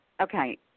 okay